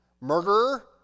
murderer